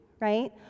right